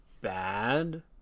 bad